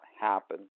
happen